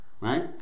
right